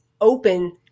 open